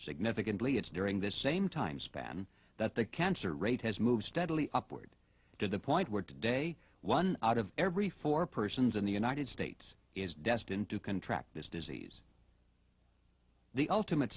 significantly it's during this same time span that the cancer rate has moved steadily upward to the point where today one out of every four persons in the united states is destined to contract this disease the ultimate